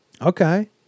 Okay